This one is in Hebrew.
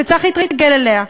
וצריך להתרגל אליה.